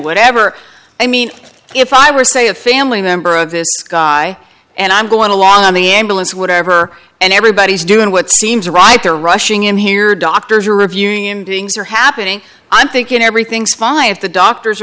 whatever i mean if i were say a family member of this guy and i'm going along on the ambulance whatever and everybody is doing what seems right they're rushing in here doctors are reviewing him beings are happening i'm thinking everything's fine if the doctors